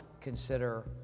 consider